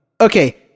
Okay